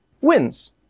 wins